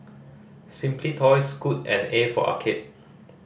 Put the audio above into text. Simply Toys Scoot and A for Arcade